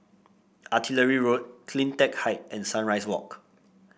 Artillery Road CleanTech Height and Sunrise Walk